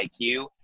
IQ